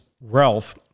Ralph